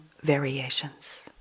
variations